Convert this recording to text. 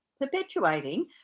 Perpetuating